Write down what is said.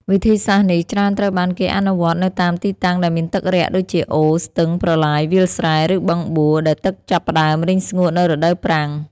វិធីសាស្ត្រនេះច្រើនត្រូវបានគេអនុវត្តនៅតាមទីតាំងដែលមានទឹករាក់ដូចជាអូរ ស្ទឹង ប្រឡាយ វាលស្រែ ឬបឹងបួ ដែលទឹកចាប់ផ្តើមរីងស្ងួតនៅរដូវប្រាំង។